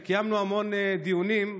וקיימנו המון דיונים,